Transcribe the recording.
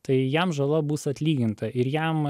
tai jam žala bus atlyginta ir jam